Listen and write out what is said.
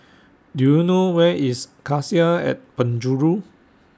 Do YOU know Where IS Cassia At Penjuru